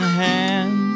hand